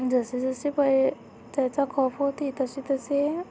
जसे जसे पहि त्याचा खप होती तसे तसे